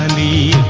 me